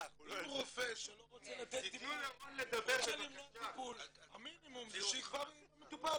רופא שלא רוצה לתת --- רוצה למנוע טיפול המינימום זה שיקבע עם המטופל.